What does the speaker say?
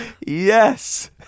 Yes